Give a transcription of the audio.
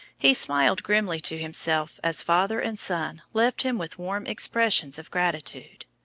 he smiled grimly to himself as father and son left him with warm expressions of gratitude.